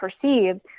perceived